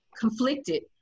conflicted